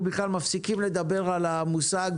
אנחנו מפסיקים לדבר על המושג